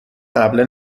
قبلا